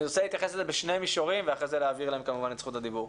אני רוצה להתייחס לזה בשני מישורים ואז להעביר להם את זכות הדיבור.